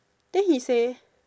then he say